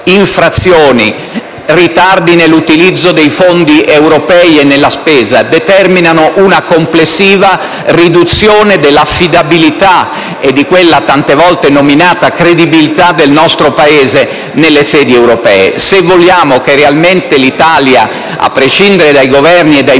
infrazioni, ritardi nell'utilizzo dei fondi europei e nella spesa determinano una complessiva riduzione dell'affidabilità e di quella tante volte nominata credibilità del nostro Paese nelle sedi europee. Se vogliamo che realmente l'Italia, a prescindere dai Governi e dai Ministri,